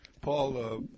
Paul